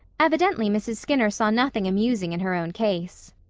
evidently mrs. skinner saw nothing amusing in her own case.